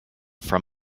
from